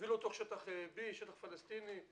הוביל אותו לשטח B, שטח פלסטיני.